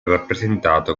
rappresentato